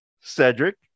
Cedric